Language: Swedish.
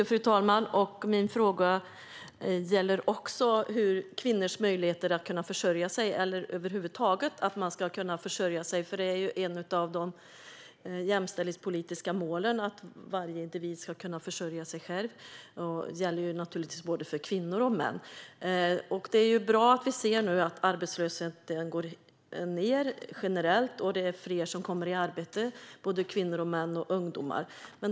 Fru talman! Min fråga gäller också kvinnors möjligheter att kunna försörja sig, och över huvud taget att människor ska kunna försörja sig. Ett av de jämställdhetspolitiska målen är att varje individ ska kunna försörja sig själv. Det gäller naturligtvis för både kvinnor och män. Det är bra att vi nu ser att arbetslösheten går ned generellt och att fler kommer i arbete. Det gäller både kvinnor och män och ungdomar.